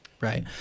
Right